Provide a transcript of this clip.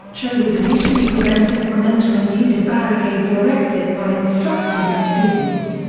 cho was initially prevented from entering due to barricades erected by instructors and students.